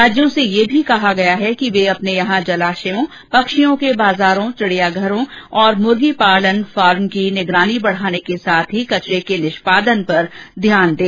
राज्यों से यह भी कहा गया है कि वे अपने यहां जलाशयों पक्षियों के बाजारों चिडियाघरों और मुर्गी पालन फार्मो की निगरानी बढाने के साथ ही कचरे के निष्पादन पर ध्यान दें